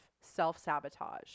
self-sabotage